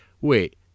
wait